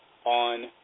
on